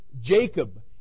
Jacob